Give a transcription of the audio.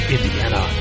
Indiana